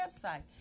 website